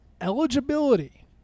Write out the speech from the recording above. eligibility